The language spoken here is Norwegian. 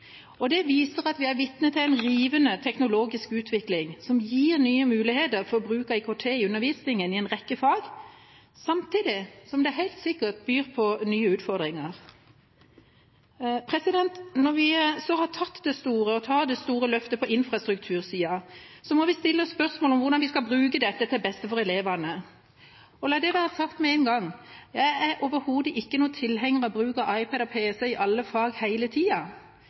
Det viser at vi er vitne til en rivende teknologisk utvikling som gir nye muligheter for bruk av IKT i undervisningen i en rekke fag, samtidig som det helt sikkert byr på nye utfordringer. Når vi så har tatt, og tar, dette store løftet på infrastruktursiden, må vi stille oss spørsmålet om hvordan vi skal bruke dette til beste for elevene. Og la det være sagt med en gang: Jeg er overhodet ikke noen tilhenger av bruk av iPad eller pc i alle fag hele